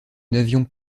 n’avions